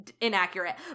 inaccurate